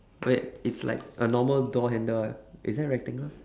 wait it's like a normal door handle [one] is that a rectangle